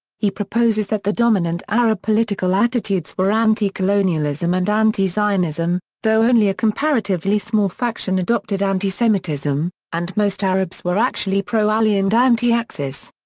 he proposes that the dominant arab political attitudes were anti-colonialism and anti-zionism, though only a comparatively small faction adopted anti-semitism, and most arabs were actually pro-ally and anti-axis.